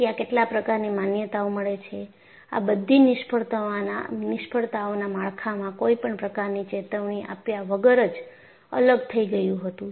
ત્યાં કેટલાક પ્રકારની સમાનતાઓ મળે છે આ બધી નિષ્ફળતાઓના માળખામાં કોઈપણ પ્રકાર ની ચેતવણી આપ્યા વગર જ અલગ થઈ ગયું હતું